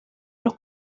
los